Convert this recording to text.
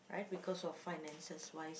right because of finances wise